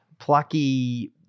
plucky